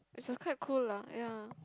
which was quite cool lah ya